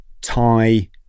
Thai